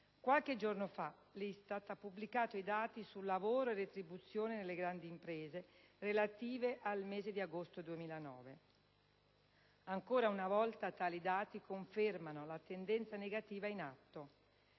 Qualche giorno fa l'ISTAT ha pubblicato i dati su «Lavoro e retribuzioni nelle grandi imprese» relativi al mese di agosto 2009. Ancora una volta tali dati confermano la tendenza negativa in atto.